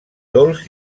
dolç